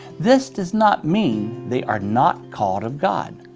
this does not mean they are not called of god.